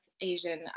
Asian